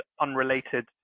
unrelated